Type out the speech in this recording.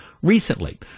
recently